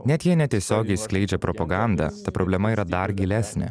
net jie netiesiogiai skleidžia propagandą ta problema yra dar gilesnė